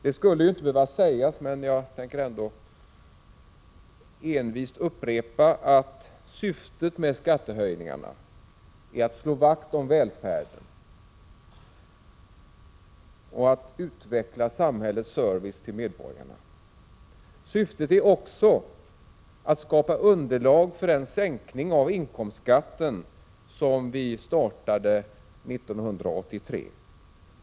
Det skulle inte behöva sägas, men jag tänker ändå envist upprepa att syftet med skattehöjningarna är att slå vakt om välfärden och att utveckla samhällets service till medborgarna. Syftet är också att skapa underlag för den sänkning av inkomstskatten som vi startade 1983.